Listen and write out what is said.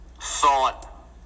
thought